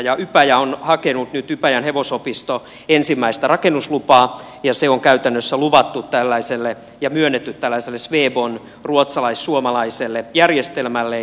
ypäjän hevosopisto on hakenut nyt ensimmäistä rakennuslupaa ja se on käytännössä luvattu ja myönnetty tällaiselle swebon ruotsalais suomalaiselle järjestelmälle